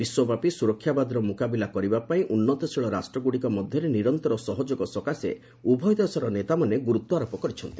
ବିଶ୍ୱବ୍ୟାପି ସ୍ରରକ୍ଷାବାଦର ମୁକାବିଲା କରିବା ପାଇଁ ଉନ୍ନତଶୀଳ ରାଷ୍ଟ୍ରଗୁଡ଼ିକ ମଧ୍ୟରେ ନିରନ୍ତର ସହଯୋଗ ସକାଶେ ଉଭୟ ଦେଶର ନେତାମାନେ ଗୁରୁତ୍ୱାରୋପ କରିଚ୍ଛନ୍ତି